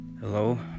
Hello